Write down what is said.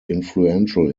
influential